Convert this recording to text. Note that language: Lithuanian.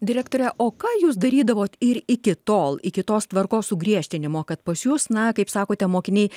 direktore o ką jūs darydavot ir iki tol iki tos tvarkos sugriežtinimo kad pas jus na kaip sakote mokiniai